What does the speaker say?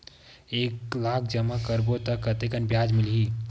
एक लाख जमा करबो त कतेकन ब्याज मिलही?